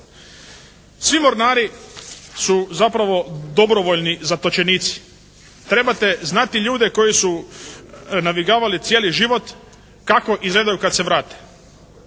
Svi mornari su zapravo dobrovoljni zatočenici. Trebate znati ljude koji su navigavali cijeli život kako izgledaju kad se vrate.